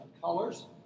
colors